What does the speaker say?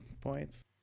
points